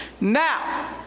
Now